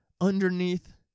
underneath